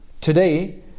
Today